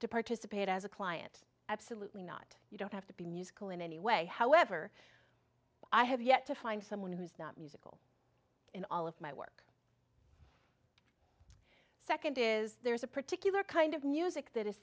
to participate as a client absolutely not you don't have to be musical in any way however i have yet to find someone who's not musical in all of my work second is there's a particular kind of music that i